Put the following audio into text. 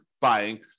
buying